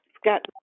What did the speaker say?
Scott